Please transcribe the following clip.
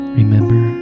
remember